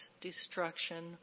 destruction